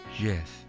Yes